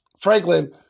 Franklin